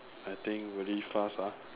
I think really fast ah